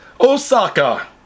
Osaka